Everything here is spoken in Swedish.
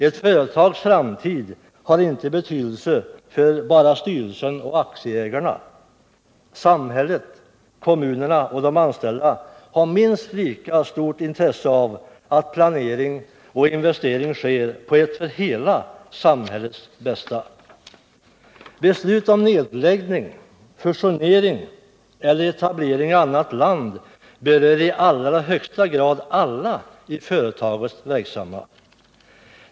Ett företags framtid har inte betydelse för bara styrelsen och aktieägarna. Samhället, kommunerna och de anställda har minst lika stort intresse av att planering och investering sker på ett sätt som är till hela samhällets bästa. Beslut om nedläggning, fusionering eller etablering i annat land berör i allra högsta grad alla i företaget verksamma.